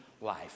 life